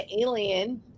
Alien